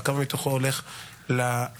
אני מתכבד לפתוח את ישיבת